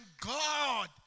God